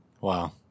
Wow